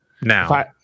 now